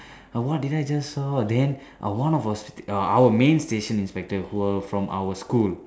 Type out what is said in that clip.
what did I just saw then uh one of uh our main station inspector who were from our school